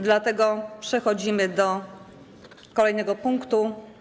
Dlatego przechodzimy do kolejnego punktu.